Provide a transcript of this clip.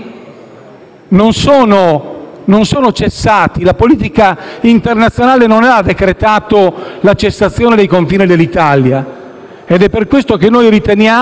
non sono cessati; la politica internazionale non ha decretato la cessazione dei confini dell'Italia. Per questo motivo, riteniamo